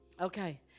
Okay